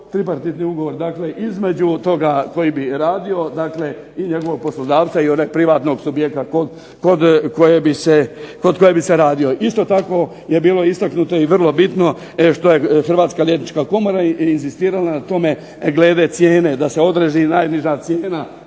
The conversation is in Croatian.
tripartitni ugovor. Dakle, između toga koji bi radio i njegovog poslodavca i one privatnog subjekta kod kojeg bi se radio. Isto tako je što je bilo istaknuto i što je bitno što je HRvatska liječnička komora inzistirala na tome glede cijene, da se odredi najniža cijena